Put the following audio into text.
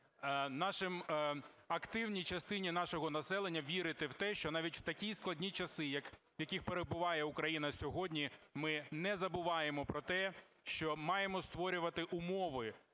активній частині нашого населення вірити в те, що навіть в такі складні часи, в яких перебуває Україна сьогодні, ми не забуваємо про те, що маємо створювати умови